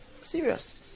Serious